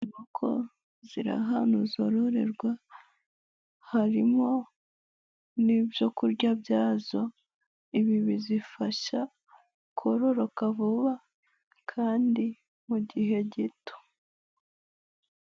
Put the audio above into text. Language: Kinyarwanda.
Inkoko, ziri ahantu zororerwa. Harimo n'ibyokurya byazo. Ibi bizifasha kororoka vuba, kandi mu gihe gito.